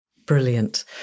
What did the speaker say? Brilliant